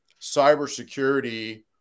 cybersecurity